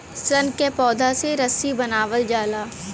सन क पौधा से रस्सी बनावल जाला